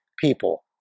people